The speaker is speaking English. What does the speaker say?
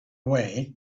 away